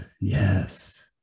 yes